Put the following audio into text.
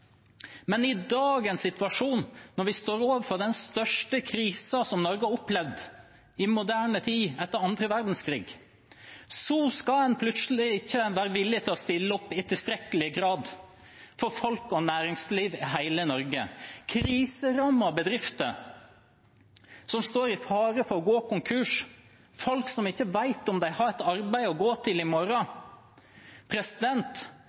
Men i dagens situasjon, når vi står overfor den største krisen som Norge har opplevd i moderne tid etter andre verdenskrig, skal en plutselig ikke være villig til å stille opp i tilstrekkelig grad for folk og næringsliv i hele Norge, for kriserammede bedrifter som står i fare for å gå konkurs, folk som ikke vet om de har et arbeid å gå til i morgen.